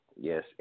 Yes